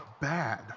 bad